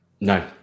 No